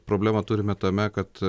problemą turime tame kad